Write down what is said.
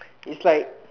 is like